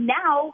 now